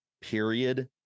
period